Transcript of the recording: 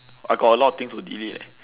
I got a lot things to delete eh